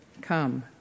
come